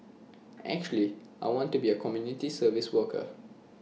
actually I want to be A community service worker